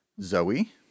Zoe